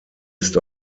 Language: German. ist